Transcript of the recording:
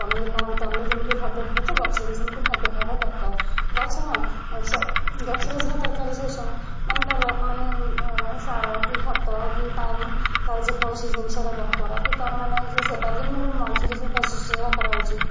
ତମେ କ'ଣ ତମେ ଯେମିତି ଖାଦ୍ଯ ଖାଉଛ ଗଛ ବି ସେମିତି ଖାଦ୍ଯ ଖାଇବା ଦରକାର ଗଛ କ'ଣ ଅ ସ ଗଛର ଯାହା ଦରକାର ଅଛି ଶୁଣ ମାନେ ତାର ମାନେ ସାର କି ଖତ କି ପାଣି ତାର ଯେକୌଣସି ଜିନିଷ ଟା ଦରକାର କି ତାର ମାନେ ଯେ ସେବା ଯେମିତି ଗୋଟେ ମଣିଷର ସେବା ଶୁଶ୍ରୂଷା କରାହଉଛି